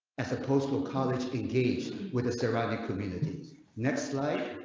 at the post will college be engaged with a survivor communities next slide?